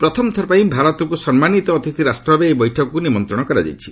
ପ୍ରଥମଥର ପାଇଁ ଭାରତକୁ ସମ୍ମାନୀତ ଅତିଥି ରାଷ୍ଟ୍ରଭାବେ ଏହି ବୈଠକକୁ ନିମନ୍ତ୍ରଣ କରାଯାଇଛି